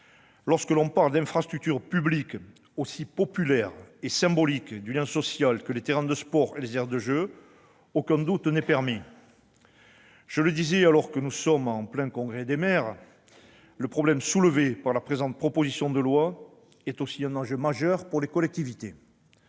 Lorsque l'on parle d'infrastructures publiques aussi populaires et symboliques du lien social que les terrains de sport et les aires de jeu, aucun doute n'est permis. Je le disais, alors que nous sommes en plein Congrès des maires, le problème soulevé par la présente proposition de loi est aussi un enjeu majeur pour les collectivités.